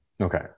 Okay